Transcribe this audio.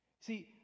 See